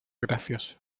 gracioso